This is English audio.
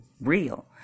real